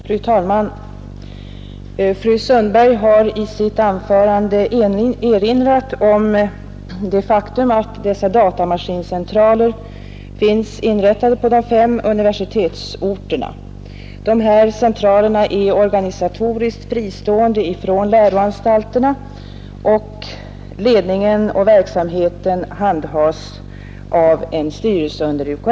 Fru talman! Fru Sundberg har i sitt anförande erinrat om det faktum att dessa datamaskincentraler finns inrättade på de fem universitetsorterna. Centralerna är organiskt fristående från läroanstalterna, och ledningen och verksamheten handhas av en styrelse under UKÄ.